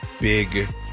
big